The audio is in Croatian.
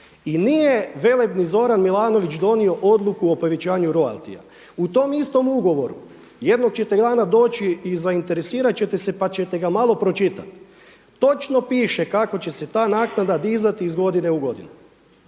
I nije velebni Zoran Milanović donio odluku o povećanju royaltija. U tom istom ugovoru, jednog čete dana doći i zainteresirati ćete se pa ćete ga malo pročitati. Točno piše kako će se ta naknada dizati iz godine u godinu.